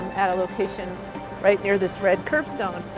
at a location right near this red kerbstone,